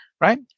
right